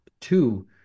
two –